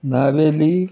Navelim